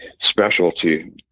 specialty